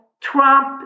Trump